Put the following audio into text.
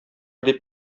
дип